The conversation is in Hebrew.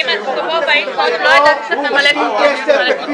יש פה 90 מיליון שקל שמקוצצים מנגב וגליל.